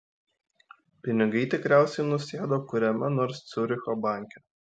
pinigai tikriausiai nusėdo kuriame nors ciuricho banke